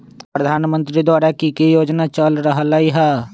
प्रधानमंत्री द्वारा की की योजना चल रहलई ह?